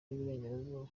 y’iburengerazuba